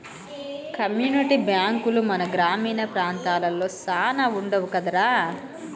community బాంకులు మన గ్రామీణ ప్రాంతాలలో సాన వుండవు కదరా